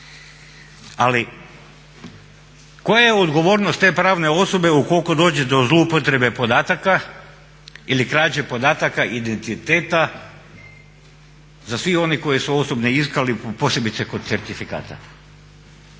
Ali koja je odgovornost te pravne osobu ukoliko dođe do zloupotrebe podataka ili krađe podataka, identiteta za svih one koji osobne iskaznice posebice kod certifikata.